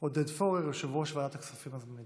עודד פורר, יושב-ראש ועדת הכספים הזמנית.